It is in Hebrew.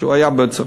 כשהוא היה בצרפת.